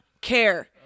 care